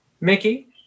Mickey